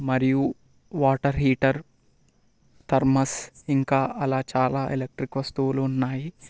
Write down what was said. మరియు water heater thermos ఇంకా అలా చాలా ఎలక్ట్రిక్ వస్తువులు ఉన్నాయి